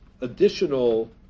additional